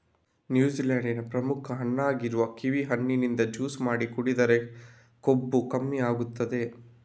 New Zealand ನ ಪ್ರಮುಖ ಹಣ್ಣಾಗಿರುವ ಕಿವಿ ಹಣ್ಣಿನಿಂದ ಜ್ಯೂಸು ಮಾಡಿ ಕುಡಿದ್ರೆ ಕೊಬ್ಬು ಕಮ್ಮಿ ಆಗ್ತದೆ